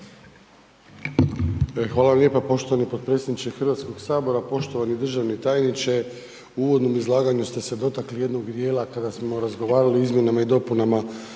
Hvala lijepo poštovani potpredsjedniče Hrvatskog sabora. Poštovani državni tajniče, u uvodnom izlaganju ste se dotakli jednog djela kada smo razgovarali o izmjenama i dopunama